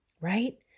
Right